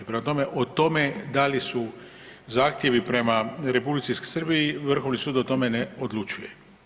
Prema tome, o tome da li su zahtjevi prema Republici Srbiji Vrhovni sud o tome ne odlučuje.